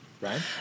right